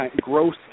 growth